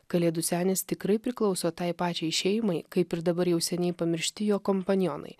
kalėdų senis tikrai priklauso tai pačiai šeimai kaip ir dabar jau seniai pamiršti jo kompanionai